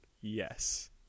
yes